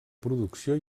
producció